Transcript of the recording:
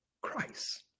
christ